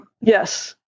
Yes